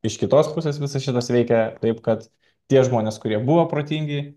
iš kitos pusės visas šitas veikia taip kad tie žmonės kurie buvo protingi